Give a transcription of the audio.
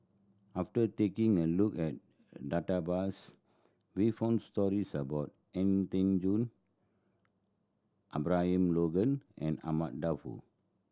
after taking a look at database we found stories about An Tan Juan Abraham Logan and Ahmad Daud